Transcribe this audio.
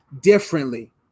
differently